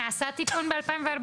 נעשה תיקון ב-2014.